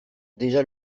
déjà